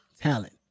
talent